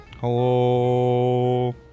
HELLO